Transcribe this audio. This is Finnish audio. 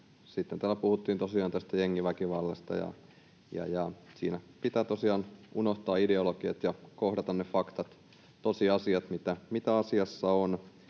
täällä puhuttiin tosiaan tästä jengiväkivallasta, ja siinä pitää tosiaan unohtaa ideologiat ja kohdata ne faktat, tosiasiat, mitä asiassa on,